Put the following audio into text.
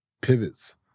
pivots